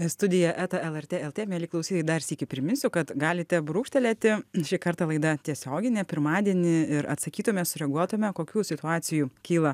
studija eta lrt lt mieli klausytojai dar sykį priminsiu kad galite brūkštelėti šį kartą laida tiesioginė pirmadienį ir atsakytume sureaguotume kokių situacijų kyla